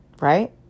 Right